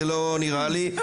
זה לא נראה לי,